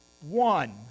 one